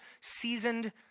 seasoned